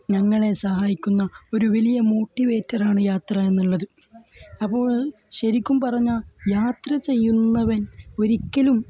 ഞങ്ങളെ സഹായിക്കുന്ന ഒരു വലിയ മോട്ടിവേറ്ററാണ് യാത്ര എന്നുള്ളത് അപ്പോൾ ശരിക്കും പറഞ്ഞാൽ യാത്ര ചെയ്യുന്നവൻ ഒരിക്കലും